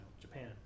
Japan